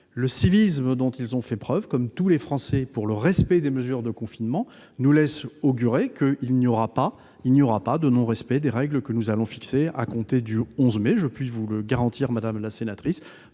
le civisme dont ils ont fait preuve, comme tous les Français, pour le respect des mesures de confinement nous laisse augurer qu'il n'y aura pas de non-respect des règles que nous allons fixer à compter du 11 mai. Je puis vous le garantir, madame la sénatrice,